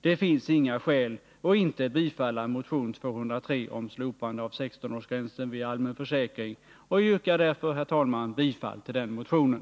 Det finns inga skäl att inte bifalla motion 203 om slopande av 16-årsgränsen vid allmän försäkring, och jag yrkar därför, herr talman, bifall till den motionen.